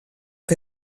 fer